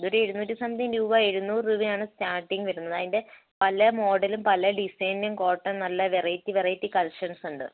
ഇതൊരു എഴുന്നൂറ്റി സംതിങ്ങ് രൂപ എഴുന്നൂറ് രൂപയാണ് സ്റ്റാർട്ടിങ്ങ് വരുന്നത് അതിൻ്റെ പല മോഡലും പല ഡിസൈനിനും കോട്ടൺ നല്ല വെറൈറ്റി വെറൈറ്റി കളക്ഷൻസ് ഉണ്ട്